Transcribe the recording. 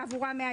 התשפ"א, 6 ביולי